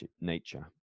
nature